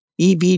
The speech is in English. EV